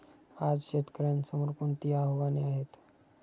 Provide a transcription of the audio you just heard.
आज शेतकऱ्यांसमोर कोणती आव्हाने आहेत?